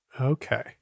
Okay